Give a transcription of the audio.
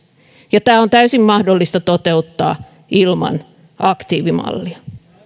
ja tämä on täysin mahdollista toteuttaa ilman aktiivimallia